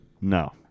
No